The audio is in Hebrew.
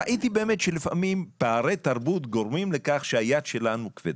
ראיתי באמת שלפעמים פערי תרבות גורמים לכך שהיד שלנו כבדה,